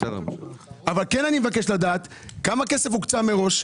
אני מבקש לדעת כמה כסף הוקצה מראש,